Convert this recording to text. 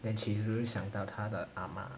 then she's really 想到她的阿嬷